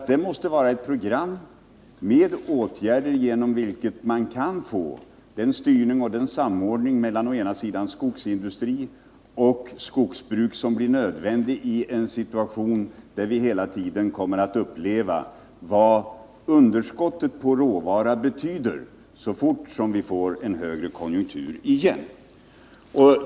Vi måste ha ett program för åtgärder, genom vilka man kan få den styrning och den samordning mellan å ena sidan skogsindustrin och å andra sidan skogsbruket, ett program som blir nödvändigt, om vi inte skall få uppleva vad underskottet på råvara betyder så fort som vi får en högre konjunktur igen.